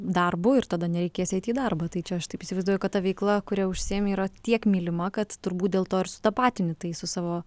darbu ir tada nereikės eiti į darbą tai čia aš taip įsivaizduoju kad ta veikla kuria užsiimi yra tiek mylima kad turbūt dėl to ir sutapatini tai su savo